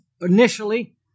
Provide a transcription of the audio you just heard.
initially